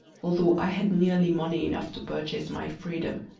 although i had nearly money enough to purchase my freedom,